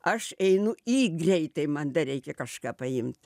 aš einu į greitai man dar reikia kažką paimt